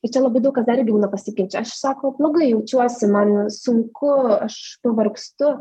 ir čia labai daug kas dar irgi būna pasikeičia aš sako blogai jaučiuosi man sunku aš pavargstu